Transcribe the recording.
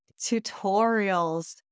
tutorials